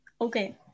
okay